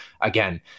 again